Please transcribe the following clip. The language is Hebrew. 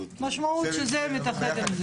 המשמעות שזה מתאחד עם זה.